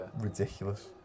Ridiculous